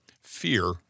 fear